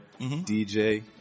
DJ